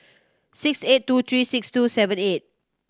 six eight two three six two seven eight